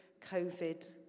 covid